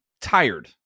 tired